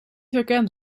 herkent